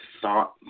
thought